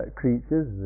creatures